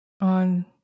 on